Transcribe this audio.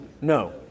No